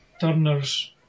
Turner's